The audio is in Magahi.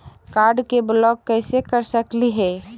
कार्ड के ब्लॉक कैसे कर सकली हे?